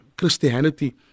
Christianity